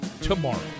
tomorrow